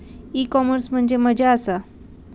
E commerce म्हणजे मझ्या आसा?